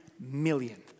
million